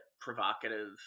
provocative